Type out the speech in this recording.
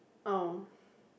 oh